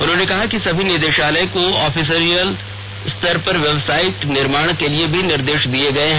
उन्होंने कहा कि सभी निदेशालय को ऑफिसियल स्तर पर वेबसाइट निर्माण के लिए भी निर्देश दिए गए हैं